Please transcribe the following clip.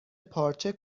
پارچه